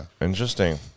interesting